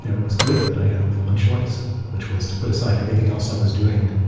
you know it was clear that i had only one choice, which was to put aside everything else i was doing